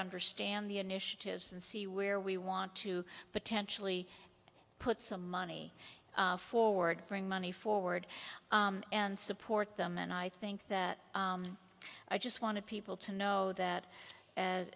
understand the initiatives and see where we want to potentially put some money forward bring money forward and support them and i think that i just wanted people to know that as